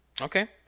Okay